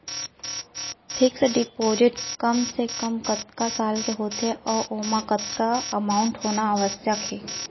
Fix deposit कम से कम कतका साल के होथे ऊ ओमा कतका अमाउंट होना आवश्यक हे?